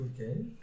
Okay